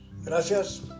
Gracias